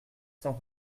cent